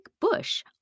bush